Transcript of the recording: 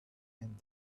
and